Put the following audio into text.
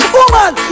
woman